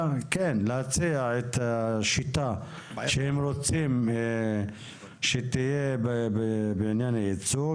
את השיטה שהם רוצים שתהיה בעניין הייצוג.